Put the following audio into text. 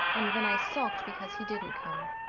and then i sulked because he didn't come.